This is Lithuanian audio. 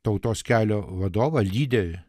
tautos kelio vadovą lyderį